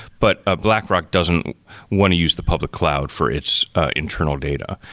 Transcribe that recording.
but ah blackrock doesn't want to use the public cloud for its internal data.